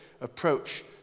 approach